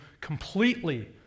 completely